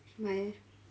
why eh